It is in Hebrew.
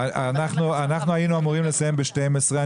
אנחנו היינו אמורים לסיים ב-12:00.